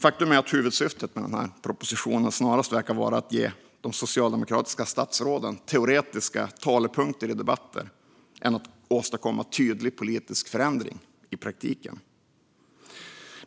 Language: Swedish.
Faktum är att huvudsyftet med den här propositionen verkar vara att ge de socialdemokratiska statsråden teoretiska talepunkter i debatter snarare än att åstadkomma tydlig politisk förändring i praktiken.